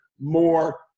more